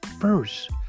first